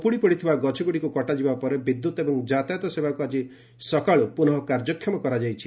ଉପୁଡ଼ିପଡ଼ିଥିବା ଗଛଗ୍ରଡ଼ିକୁ କଟାଯିବା ପରେ ବିଦ୍ୟତ୍ ଏବଂ ଯାତାୟତ ସେବାକୃ ଆକି ସକାଳ୍ ପୁନଃ କାର୍ଯ୍ୟକ୍ଷମ କରାଯାଇଛି